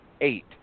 eight